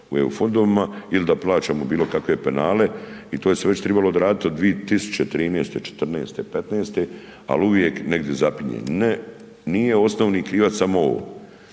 u EU fondovima il da plaćamo bilo kakve penale i to je se već trebalo odraditi od 2013., '14., '15. al uvijek negdje zapinje. Ne nije osnovni krivac samo ovo,